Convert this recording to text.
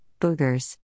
Boogers